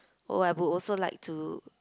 oh I would also like to